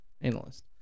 Analyst